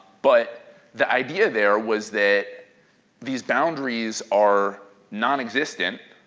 but the idea there was that these boundaries are nonexistent,